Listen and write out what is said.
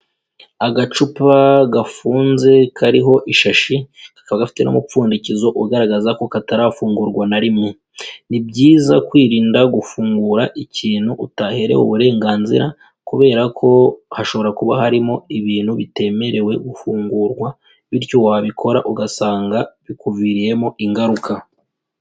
Agacupa gafunze kariho ishashi kakaba gafite n'umupfundikizo ugaragaza ko katarafungurwa na rimwe, ni byiza kwirinda gufungura ikintu utaherewe uburenganzira kubera ko hashobora kuba harimo ibintu bitemerewe gufungurwa bityo wabikora ugasanga bikuviriyemo ingaruka.